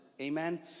Amen